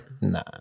Nah